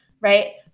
Right